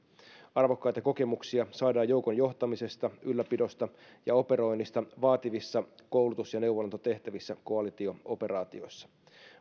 arvokkaita kokemuksia saadaan joukon johtamisesta ylläpidosta ja operoinnista vaativissa koulutus ja neuvonantotehtävissä koalitio operaatioissa